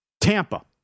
Tampa